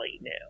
new